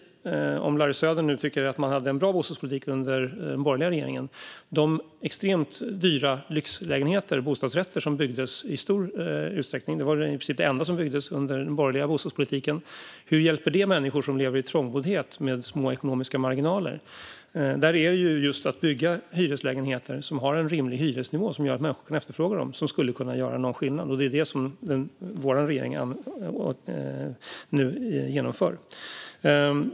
Om Larry Söder tyckte att man hade en bra bostadspolitik under den borgerliga regeringen, hur hjälpte de extremt dyra bostadsrätter som i princip var det enda som byggdes då människor som levde i trångboddhet med små ekonomiska marginaler? Att bygga hyreslägenheter som har en rimlig hyresnivå som gör att människor kan efterfråga dem är det som gör skillnad, och det är detta vår regering satsar på.